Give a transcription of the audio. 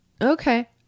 Okay